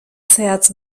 zehatz